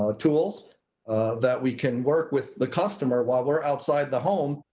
ah tools that we can work with the customer, while we're outside the home,